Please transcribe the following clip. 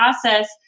process